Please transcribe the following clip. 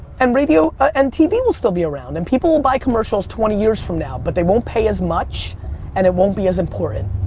and radio ah and tv will still be around and people will buy commercials twenty years from now but they won't pay as much and it won't be as important.